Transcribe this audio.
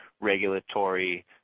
regulatory